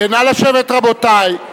נא לשבת, רבותי.